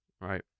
right